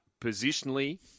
positionally